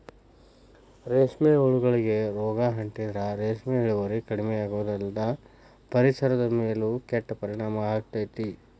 ರೇಷ್ಮೆ ಹುಳಗಳಿಗೆ ರೋಗ ಅಂಟಿದ್ರ ರೇಷ್ಮೆ ಇಳುವರಿ ಕಡಿಮಿಯಾಗೋದಲ್ದ ಪರಿಸರದ ಮೇಲೂ ಕೆಟ್ಟ ಪರಿಣಾಮ ಆಗ್ತೇತಿ